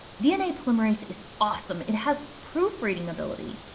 dna polymerase is awesome it has proofreading ability.